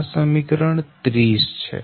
આ સમીકરણ 30 છે